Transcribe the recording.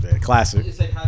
Classic